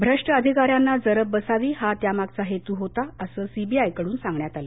भ्रष्ट अधिकाऱ्यांना जरब बसावी हा त्यामागचा हेतू होता असं सीबीआयकडून सांगण्यात आलं